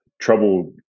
trouble